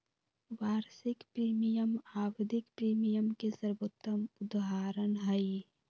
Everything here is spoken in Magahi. वार्षिक प्रीमियम आवधिक प्रीमियम के सर्वोत्तम उदहारण हई